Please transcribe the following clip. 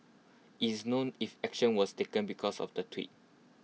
IT is known if action was taken because of the tweet